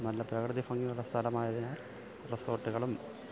നല്ല പ്രകൃതി ഭംഗിയുള്ള സ്ഥലമായതിനാൽ റിസോട്ട്കളും